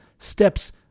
Steps